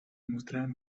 mostraron